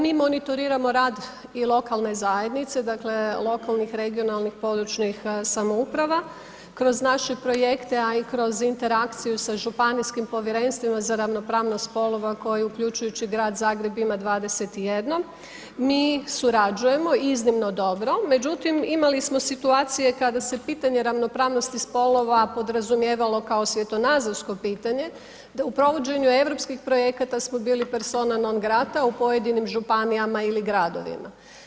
Mi monitoriramo rad i lokalne zajednice, dakle lokalnih, regionalnih, područnih samouprava kroz naše projekte a i kroz interakciju sa županijskim povjerenstvima za ravnopravnost spolova koju uključujući grad Zagreb ima 21, mi surađujemo iznimno dobro, međutim imali smo situacije kada se pitanje ravnopravnosti spolova podrazumijevalo kao svjetonazorsko pitanje u provođenju europskih projekata smo bili persona non grata u pojedinim županijama ili gardovima.